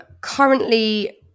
currently